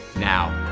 now,